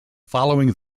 following